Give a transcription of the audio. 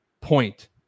point